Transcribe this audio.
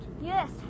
Yes